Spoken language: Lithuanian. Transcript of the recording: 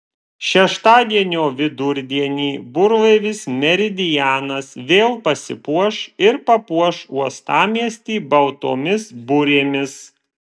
šeštadienio vidurdienį burlaivis meridianas vėl pasipuoš ir papuoš uostamiestį baltomis burėmis